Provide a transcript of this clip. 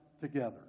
together